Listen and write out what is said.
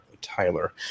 Tyler